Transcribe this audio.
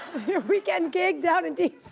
your weekend gig down in d